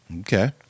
Okay